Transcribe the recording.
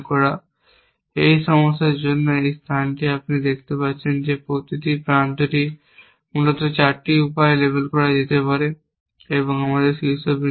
এখন এই সমস্যার জন্য এই স্থানটি আপনি দেখতে পাচ্ছেন যে প্রতিটি প্রান্তটি মূলত 4টি উপায়ে লেবেল করা যেতে পারে এবং আমরা শীর্ষবিন্দুতে